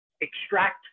extract